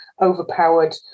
overpowered